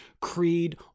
creed